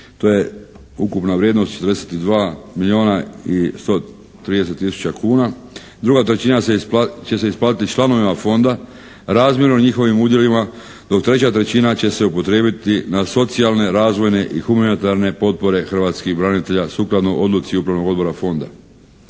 to je ukupna vrijednost 42 milijuna i 130 tisuća kuna. Druga trećina će se isplatiti članovima fonda razmjerno njihovim udjelima dok treća trećina će se upotrijebiti na socijalne razvojne i humanitarne potpore hrvatskih branitelja sukladno odluci upravnog odbora fonda,